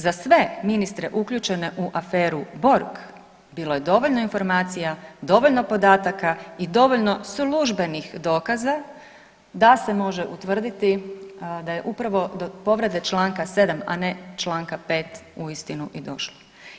Za sve ministre uključene u aferu Borg bilo je dovoljno informacija, dovoljno podataka i dovoljno službenih dokaza da se može utvrdili da je upravo do povrede čl. 7, a ne čl. 5 uistinu i došlo.